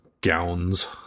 gowns